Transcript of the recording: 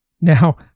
Now